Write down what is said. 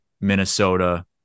Minnesota